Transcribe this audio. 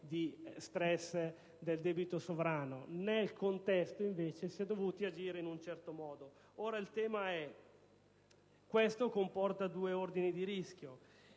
di stress del debito sovrano. Nel contesto dato, invece, si è dovuto agire in un certo modo. Questo comporta due ordini di rischio: